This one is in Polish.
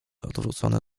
odwrócony